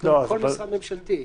נכתוב "כל משרד ממשלתי".